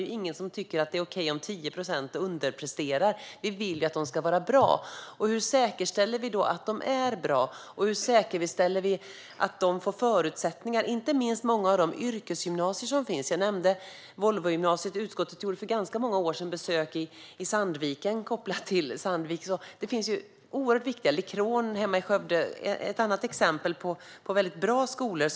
Det är ingen som tycker att det är okej om 10 procent underpresterar; vi vill ju att skolorna ska vara bra. Hur säkerställer vi då att de är bra, och hur säkerställer vi att inte minst många av de yrkesgymnasier som finns får förutsättningarna? Volvogymnasiet nämnde jag. Utskottet besökte även för ganska många år sedan Sandviken, kopplat till Sandvik, och Lichron i Skövde är ett annat exempel på en väldigt bra skola.